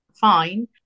fine